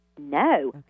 No